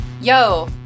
Yo